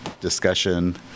discussion